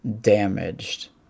damaged